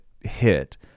hit